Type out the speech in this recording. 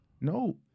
No